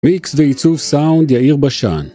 מיקס ועיצוב סאונד יאיר בשן